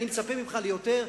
אני מצפה ממך ליותר,